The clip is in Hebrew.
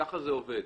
ככה זה עובד.